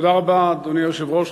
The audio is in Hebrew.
אדוני היושב-ראש,